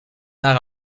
naar